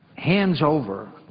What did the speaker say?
hands over